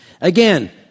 Again